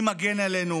מי מגן עלינו